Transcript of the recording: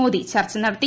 മോദി ചർച്ച നടത്തി